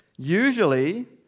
Usually